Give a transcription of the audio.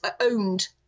owned